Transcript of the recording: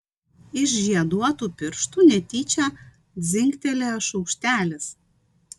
iš žieduotų pirštų netyčia dzingtelėjo šaukštelis